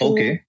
Okay